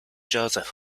joseph